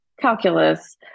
calculus